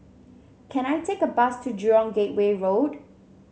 can I take a bus to Jurong Gateway Road